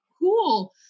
cool